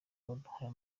waduhaye